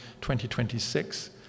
2026